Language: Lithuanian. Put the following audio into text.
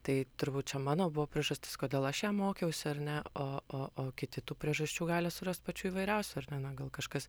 tai turbūt čia mano buvo priežastis kodėl aš jų mokiausi ar ne o o o kiti tų priežasčių gali surastipačių įvairiausių ar ne na gal kažkas